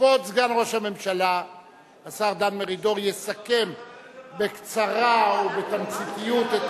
כבוד סגן ראש הממשלה השר דן מרידור יסכם בקצרה או בתמציתיות את